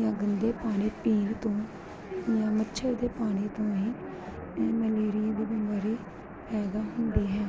ਜਾਂ ਗੰਦੇ ਪਾਣੀ ਪੀਣ ਤੋਂ ਜਾਂ ਮੱਛਰ ਦੇ ਪਾਣੀ ਤੋਂ ਹੀ ਮਲੇਰੀਆ ਦੀ ਬਿਮਾਰੀ ਪੈਦਾ ਹੁੰਦੀ ਹੈ